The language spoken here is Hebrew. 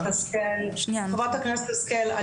חברת הכנסת השכל,